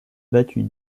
battu